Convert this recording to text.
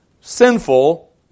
sinful